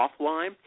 offline